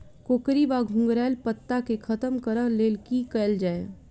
कोकरी वा घुंघरैल पत्ता केँ खत्म कऽर लेल की कैल जाय?